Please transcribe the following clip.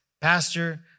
Pastor